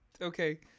okay